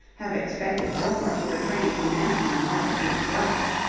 have expected fillmore to refrain from mentioning the matter to his wife.